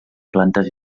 plantes